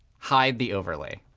hide the overlay.